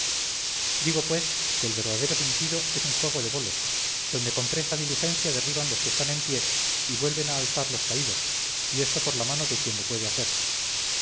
digo pues que el verdadero sentido es un juego de bolos donde con presta diligencia derriban los que están en pie y vuelven a alzar los caídos y esto por la mano de quien lo puede hacer